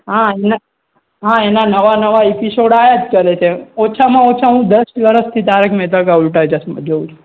હા એના હા એના નવા નવા એપિસોડ આવ્યા જ કરે છે ઓછામાં ઓછા હું દસ વરસથી તારક મહેતા કા ઉલ્ટા ચશ્મા જોઉં છું